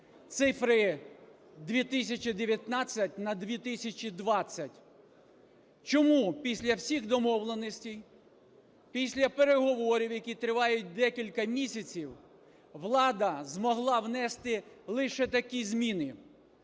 цифри 2019 на 2020? Чому після всіх домовленостей, після переговорів, які тривають декілька місяців, влада змогла внести лише такі зміни